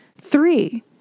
Three